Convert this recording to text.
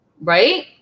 right